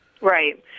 Right